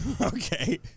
Okay